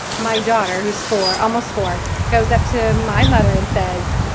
my daughter, who's four almost four goes up to my mother and says,